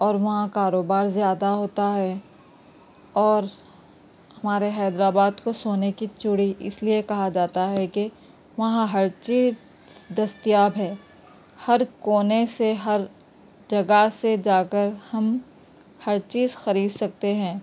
اور وہاں کاروبار زیادہ ہوتا ہے اور ہمارے حیدر آباد کو سونے کی چوڑی اس لیے کہا جاتا ہے کہ وہاں ہر چیز دستیاب ہے ہر کونے سے ہر جگہ سے جا کر ہم ہر چیز خرید سکتے ہیں